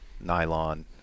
nylon